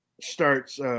starts